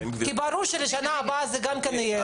כי ברור שבשנה הבאה גם כן יהיה אירוע.